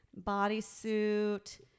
bodysuit